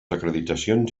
acreditacions